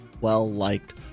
well-liked